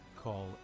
Call